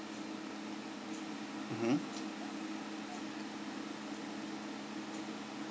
mmhmm